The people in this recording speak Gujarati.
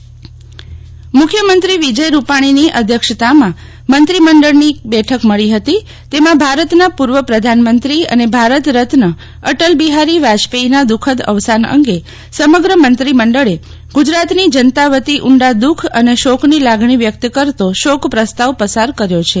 શિતલ વૈશ્નવ શોક પ્રસ્તાવ મુખ્યમંત્રી વિજય રૂપાલીની અધ્યક્ષતામાં મંત્રીમંડળની બેઠક મળી હતી તેમાં ભારતના પૂર્વ પ્રધાનમંત્રી અને ભારત રત્ન અટલ બિહારી વાજપેયીના દુઃખદ અવસાન અંગે સમગ્ર મંત્રીમંડળ ગુજરાતની જનતા વતી ઊંડા દુઃખ અને શોકની લાગલ્લી વ્યક્ત કરતો શોક પ્રસ્તાવ પસાર કર્યો છે